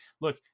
look